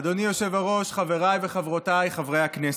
אדוני היושב-ראש, חבריי וחברותיי חברי הכנסת,